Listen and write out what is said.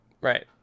Right